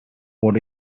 what